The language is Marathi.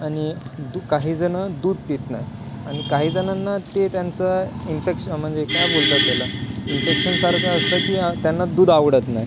आणि दू काहीजणं दूध पित नाही आणि काही जणांना ते त्यांचं इन्फेक्शन म्हणजे काय बोलतात गेलं इन्फेक्शनसारखं असतं की त्यांना दूध आवडत नाही